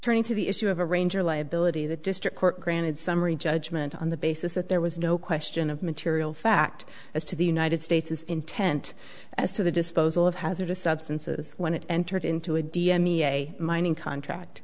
turning to the issue of a ranger liability the district court granted summary judgment on the basis that there was no question of material fact as to the united states is intent as to the disposal of hazardous substances when it entered into a d m me a mining contract